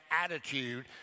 attitude